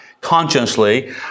consciously